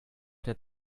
der